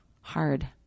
Hard